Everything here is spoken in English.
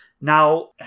now